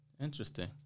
Interesting